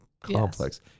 complex